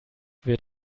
wird